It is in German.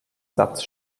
satz